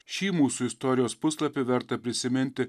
šį mūsų istorijos puslapį verta prisiminti